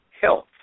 health